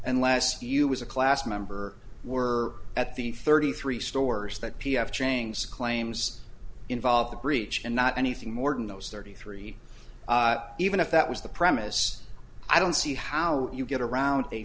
unless you as a class member were at the thirty three stores that p f chang's claims involve the breach and not anything more than those thirty three even if that was the premise i don't see how you get around